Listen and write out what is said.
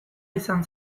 izan